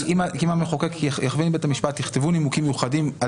אם המחוקק יכווין את בית המשפט שיכתוב נימוקים מיוחדים על